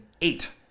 eight